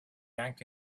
yanked